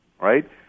right